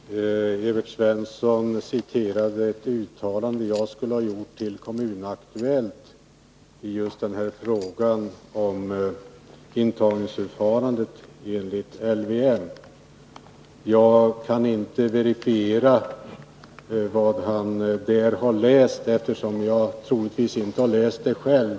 Herr talman! Evert Svensson citerade ett uttalande som jag skulle ha gjort för Kommun-Aktuellt i frågan om intagningsförfarandet enligt LVM. Jag kan inte verifiera vad han där har läst, eftersom jag troligtvis inte har läst det själv.